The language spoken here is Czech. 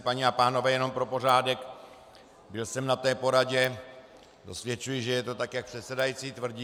Paní a pánové, jenom pro pořádek, byl jsem na té poradě a dosvědčuji, že je to tak, jak předsedající tvrdí.